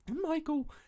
Michael